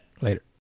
Later